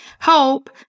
hope